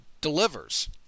delivers